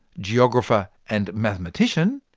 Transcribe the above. geographer and mathematician,